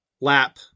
lap